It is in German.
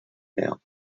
mehr